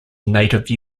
native